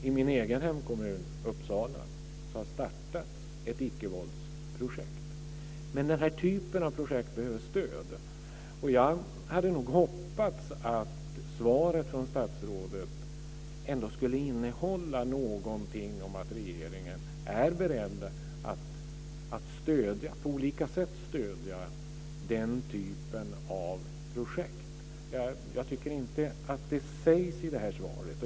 I min egen hemkommun Uppsala har det startats ett ickevåldsprojekt. Men den här typen av projekt behöver stöd. Jag hade nog hoppats att svaret från statsrådet ändå skulle innehålla någonting om att regeringen är beredd att på olika sätt stödja den typen av projekt. Jag tycker inte att det sägs i svaret.